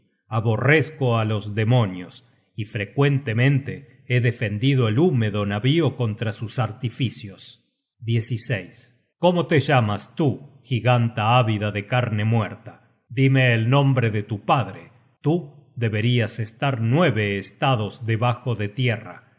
aborrezco á los demonios y frecuentemente he defendido el húmedo navío contra sus artificios cómo te llamas tú giganta ávida de carne muerta dime el nombre de tu padre tú deberias estar nueve estados debajo de tierra